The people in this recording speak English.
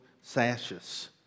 sashes